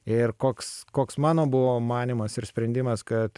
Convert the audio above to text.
ir koks koks mano buvo manymas ir sprendimas kad